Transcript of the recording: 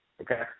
Okay